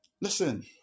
Listen